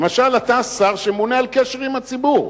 למשל, אתה שר שממונה על הקשר עם הציבור.